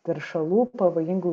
teršalų pavojingų